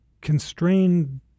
constrained